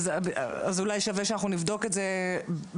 אז אולי שווה שאנחנו נבדוק את זה בנפרד,